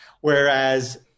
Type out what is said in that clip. Whereas